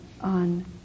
on